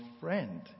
friend